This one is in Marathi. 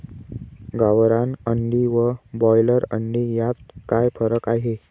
गावरान अंडी व ब्रॉयलर अंडी यात काय फरक आहे?